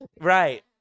Right